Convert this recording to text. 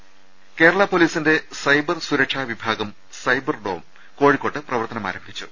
the അക്ഷങ്ങളെ അങ കേരള പൊലീസിന്റെ സൈബർ സുരക്ഷാവിഭാഗം സൈബർഡോം കോഴിക്കോട്ട് പ്രവർത്തനമാരംഭിച്ചു